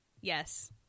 Yes